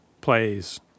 plays